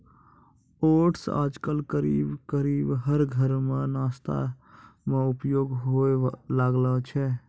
oats आजकल करीब करीब हर घर मॅ नाश्ता मॅ उपयोग होय लागलो छै